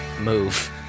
move